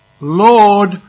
Lord